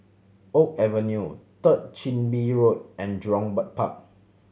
Oak Avenue Third Chin Bee Road and Jurong Bird Park